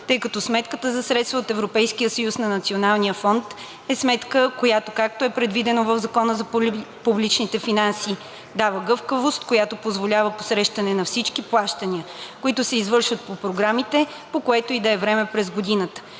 тъй като сметката за средства от Европейския съюз на „Националния фонд“ е сметка, която, както е предвидено и в Закона за публичните финанси, дава гъвкавост, която позволява посрещането на всички плащания, които се извършват по програмите, по което и да е време през годината.